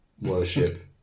worship